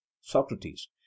Socrates